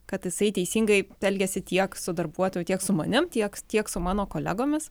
kad jisai teisingai elgiasi tiek su darbuotoju tiek su manim tiek tiek su mano kolegomis